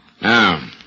Now